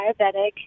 diabetic